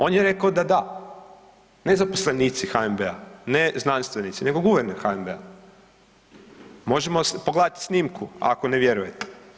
On je rekao da da, ne zaposlenici HNB-a, ne znanstvenici nego guverner HNB-a, možemo pogledati snimku ako ne vjerujete.